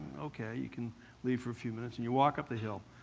ok, you can leave for a few minutes. and you walk up the hill,